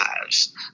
lives